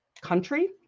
Country